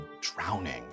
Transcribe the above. drowning